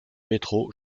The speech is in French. métro